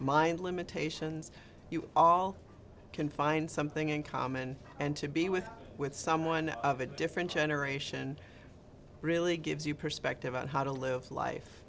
mind limitations you all can find something in common and to be with with someone of a different generation really gives you perspective on how to live life